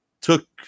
took